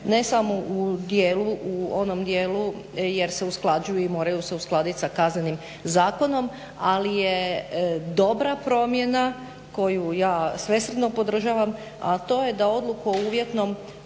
ne samo u onom dijelu jer se usklađuje i moraju se uskladiti sa Kaznenim zakonom, ali je dobra promjena koju ja svesrdno podržavam, a to je da odluku o uvjetnom